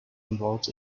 involved